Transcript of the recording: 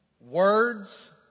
Words